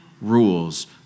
rules